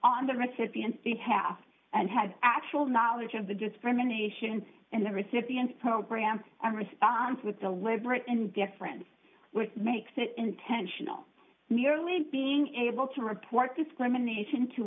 on the recipients the half and had actual knowledge of the discrimination in the recipients program and response with the liberal indifference which makes it intentional merely being able to report discrimination to